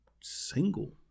single